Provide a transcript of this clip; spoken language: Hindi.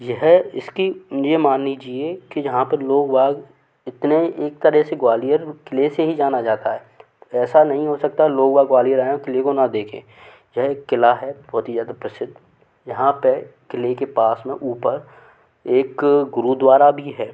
यह इसकी ये मान लीजिए कि यहाँ पर लोग वाग इतने एक तरह से ग्वालियर क़िले से ही जाना जाता है ऐसा नहीं हो सकता लोग वाग ग्वालियर आऍं और क़िले को ना देखें यह एक क़िला है बहुत ज़्यादा प्रसिद्ध यहाँ पर क़िले के पास में ऊपर एक गुरुद्वारा भी है